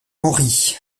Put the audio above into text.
henry